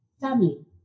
Family